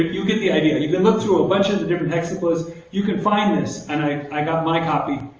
you get the idea. and you can look through a bunch and of different hexaplas. you can find this. and i i got my copy,